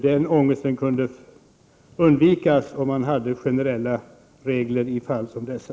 Den ångesten kunde undvikas om man hade generella regler i fall som dessa.